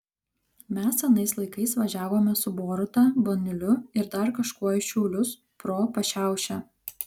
mes anais laikais važiavome su boruta baniuliu ir dar kažkuo į šiaulius pro pašiaušę